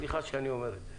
סליחה שאני אומר את זה.